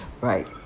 Right